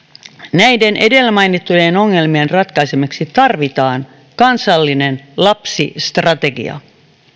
näiden edellä mainittujen ongelmien ratkaisemiseksi tarvitaan kansallinen lapsistrategia